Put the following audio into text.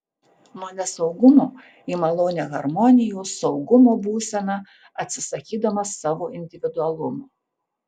nuo nesaugumo į malonią harmonijos saugumo būseną atsisakydamas savo individualumo